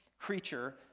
creature